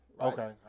Okay